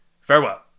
Farewell